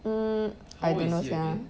mm I don't know sia